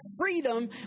freedom